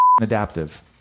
adaptive